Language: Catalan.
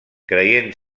creient